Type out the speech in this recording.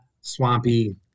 swampy